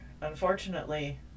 unfortunately